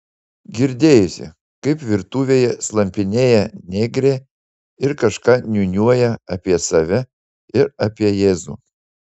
girdėjosi kaip virtuvėje slampinėja negrė ir kažką niūniuoja apie save ir apie jėzų